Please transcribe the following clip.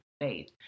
faith